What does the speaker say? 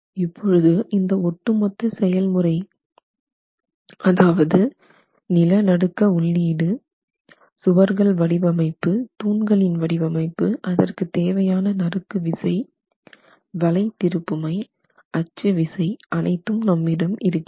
இப்பொழுது இந்த ஒட்டுமொத்த செயல் முறை அதாவது நிலநடுக்க உள்ளீடு சுவர்கள் வடிவமைப்பு தூண்களின் வடிவமைப்பு அதற்கு தேவையான நறுக்கு விசை வளை திருப்புமை அச்சு விசை அனைத்தும் நம்மிடம் இருக்கிறது